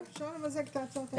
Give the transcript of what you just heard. אפשר למזג את הצעות החוק.